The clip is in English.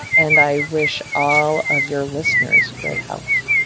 and i wish all of your listeners good health